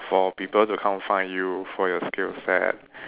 for people to come and find you for your skill set